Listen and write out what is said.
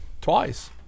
twice